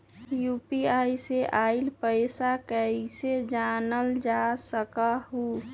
UPI से आईल पैसा कईसे जानल जा सकहु?